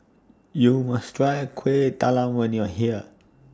YOU must Try Kueh Talam when YOU Are here